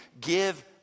Give